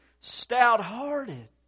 stout-hearted